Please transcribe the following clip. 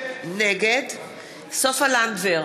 נגד סופה לנדבר,